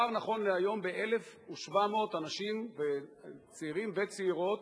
נכון להיום, מדובר ב-1,700 אנשים, צעירים וצעירות,